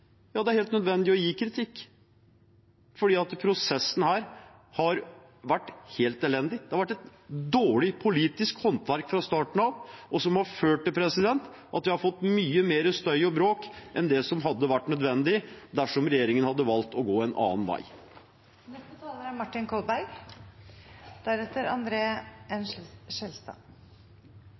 Ja, det er helt nødvendig å gi kritikk, for prosessen har vært helt elendig. Det har vært dårlig politisk håndverk fra starten av, som har ført til at vi har fått mye mer støy og bråk enn det som hadde vært nødvendig. Regjeringen kunne valgt å gå en annen vei.